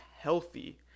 healthy